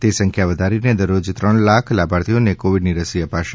તે સંખ્યા વધારીને દરરોજ ત્રણ લાખ લાભાર્થીઓને કોવિડની રસી અપાશે